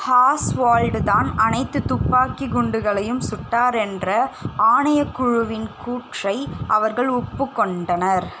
Oswald தான் அனைத்து துப்பாக்கிக் குண்டுகளையும் சுட்டார் என்ற ஆணையக்குழுவின் கூற்றை அவர்கள் ஒப்புக்கொண்டனர்